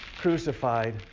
crucified